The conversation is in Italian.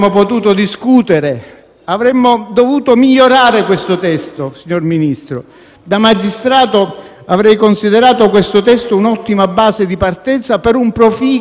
avremmo dovuto migliorare questo testo, signor Ministro. Da magistrato lo avrei considerato un'ottima base di partenza per un proficuo lavoro parlamentare